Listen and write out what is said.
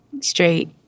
straight